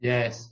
Yes